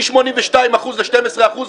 מ-82% ל-12%?